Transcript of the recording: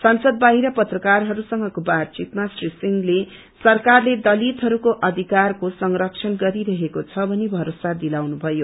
संसद बाहिर पत्रकारहरूसँगको बातचीतमा श्री सिंहले सरकारले दलितहरूको अधिकारको संरक्षण गरिरहेको छ भनि भरोसा दिलाउनुभयो